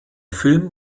film